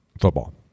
football